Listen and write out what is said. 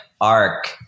arc